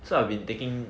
so I have been taking